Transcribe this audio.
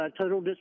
total